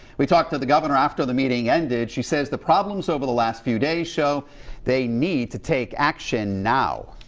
we talked to the governor after the meeting ended she says the problems over the last few days shows they need to take action now.